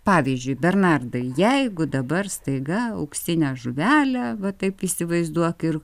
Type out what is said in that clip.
pavyzdžiui bernardai jeigu dabar staiga auksinę žuvelę va taip įsivaizduok ir